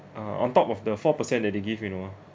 ah on top of the four percent that they give you know